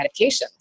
medications